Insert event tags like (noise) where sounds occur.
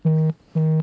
(noise)